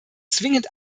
zwingend